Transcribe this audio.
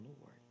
Lord